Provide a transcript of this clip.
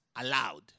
allowed